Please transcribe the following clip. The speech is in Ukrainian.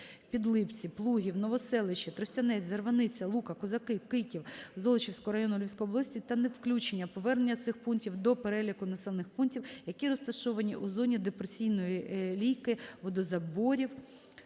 Підлипці, Плугів, Новоселище, Тростянець, Зарваниця, Лука, Козаки, Кийків Золочівського району Львівської області та включення (повернення) цих пунктів до "Переліку населених пунктів, які розташовані у зоні депресійної лійки водозаборів